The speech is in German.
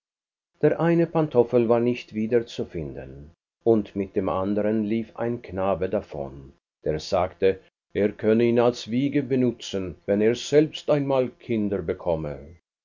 der eine pantoffel war nicht wieder zu finden und mit dem andern lief ein knabe davon der sagte er könne ihn als wiege benutzen wenn er selbst einmal kinder bekomme